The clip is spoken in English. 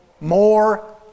More